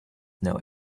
know